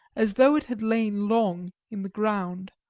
as though it had lain long in the ground.